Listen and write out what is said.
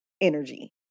energy